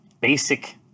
basic